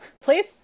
Please